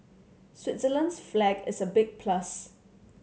Switzerland's flag is a big plus